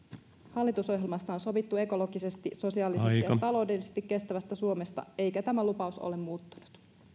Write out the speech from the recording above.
hallitusohjelmassa on sovittu ekologisesti sosiaalisesti ja taloudellisesti kestävästä suomesta eikä tämä lupaus ole muuttunut